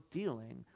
dealing